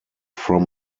from